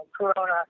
Corona